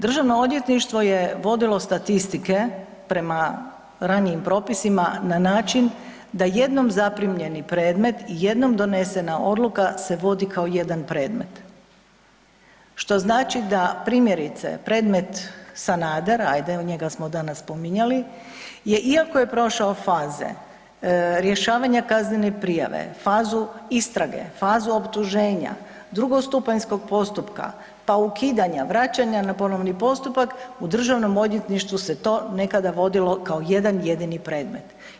Državno odvjetništvo je vodilo statistike prema ranijim propisima na način da jednom zaprimljeni predmet i jednom donesena odluka se vodi kao jedan predmet, što znači da primjerice predmet Sanader ajde njega smo danas spominjali, je iako je prošao faze rješavanja kaznene prijave, fazu istrage, fazu optuženja, drugostupanjskog postupka, pa ukidanja, vraćanja na ponovni postupak u Državnom odvjetništvu se to nekada vodilo kao jedan jedini predmet.